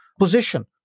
position